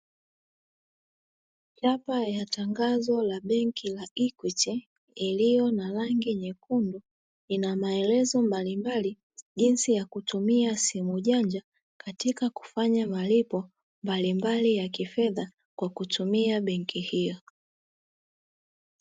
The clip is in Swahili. Chapa ya tangazo la benki la "Equity" iliyo na rangi nyekundu, ina maelezo mbalimbali jinsi ya kutumia simu janja katika kufanya malipo mbalimbali ya kifedha, kwa kutumia benki hiyo.